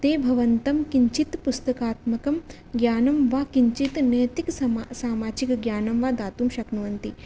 ते भवन्तं किञ्चित् पुस्तकात्मकं ज्ञानं वा किञ्चित् नैतिक सामाजिक ज्ञानं वा दातुं शक्नुवन्ति